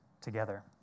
together